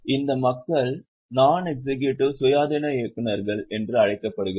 இந்த மக்கள் non executive சுயாதீன இயக்குநர்கள் என்று அழைக்கப்படுகிறார்கள்